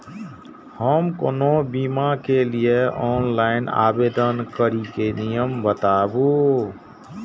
हम कोनो बीमा के लिए ऑनलाइन आवेदन करीके नियम बाताबू?